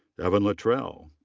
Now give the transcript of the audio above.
evan luttrell.